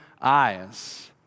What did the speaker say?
eyes